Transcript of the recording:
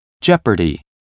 jeopardy